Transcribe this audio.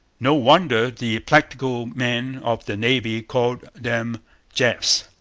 no wonder the practical men of the navy called them jeffs.